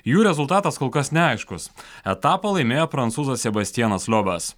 jų rezultatas kol kas neaiškus etapą laimėjo prancūzas sebastianas liobas